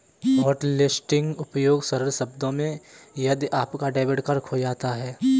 hotlisting उपयोग सरल शब्दों में यदि आपका डेबिट कार्ड खो जाता है